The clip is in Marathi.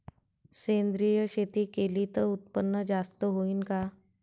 सेंद्रिय शेती केली त उत्पन्न जास्त होईन का?